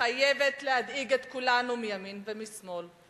חייבת להדאיג את כולנו מימין ומשמאל,